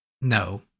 no